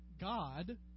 God